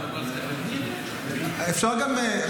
--- ואני אסביר לך.